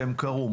והם קרו,